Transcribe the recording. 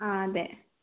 ആ അതേ